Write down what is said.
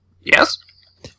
Yes